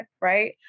right